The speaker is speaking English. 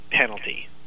penalty